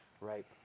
right